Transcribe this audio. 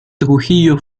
trujillo